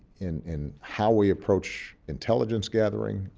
in in how we approach intelligence gathering,